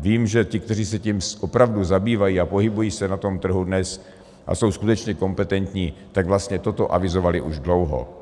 vím, že ti, kteří se tím opravdu zabývají a pohybují se na tom trhu dnes a jsou skutečně kompetentní, tak vlastně toto avizovali už dlouho.